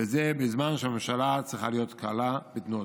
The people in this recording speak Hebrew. וזה בזמן שהממשלה צריכה להיות קלה בתנועותיה".